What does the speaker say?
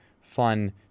fun